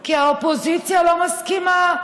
כי האופוזיציה לא מסכימה.